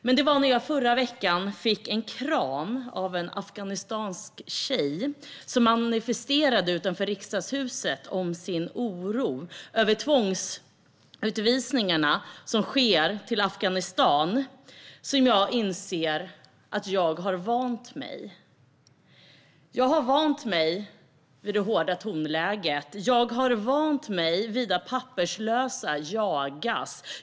Men det var när jag förra veckan fick en kram av en afghansk tjej, som utanför Riksdagshuset manifesterade sin oro över tvångsutvisningarna som sker till Afghanistan, som jag insåg att jag har vant mig. Jag har vant mig vid det hårda tonläget. Jag har vant mig vid att papperslösa jagas.